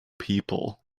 people